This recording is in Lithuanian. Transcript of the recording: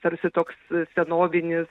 tarsi toks senovinis